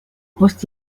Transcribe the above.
post